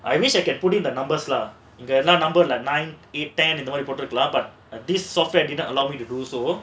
I wish I can put it in numbers lah now number nine it ten order போட்ருக்கலாம்:potrukalaam but err this software didn't allow me to do so